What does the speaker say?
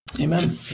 Amen